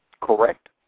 correct